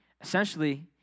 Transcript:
essentially